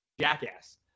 jackass